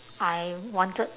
I wanted